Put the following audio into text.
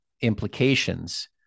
implications